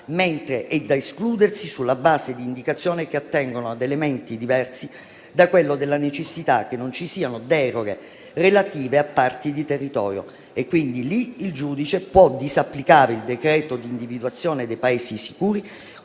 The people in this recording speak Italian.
mentre è da escludersi che sulla base di indicazioni che attengono ad elementi diversi da quello della necessità che non ci siano deroghe relative a parti di territorio, il giudice possa disapplicare il decreto di individuazione dei Paesi sicuri